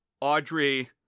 Audrey